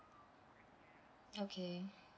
okay